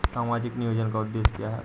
सामाजिक नियोजन का उद्देश्य क्या है?